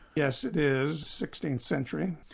yes it is sixteenth century.